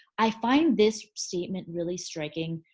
i find this statement really striking.